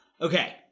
Okay